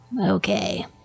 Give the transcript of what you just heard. Okay